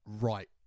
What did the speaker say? Right